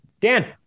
Dan